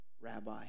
rabbi